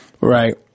Right